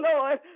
Lord